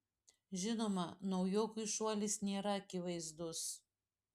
žinoma naujokui šuolis nėra akivaizdus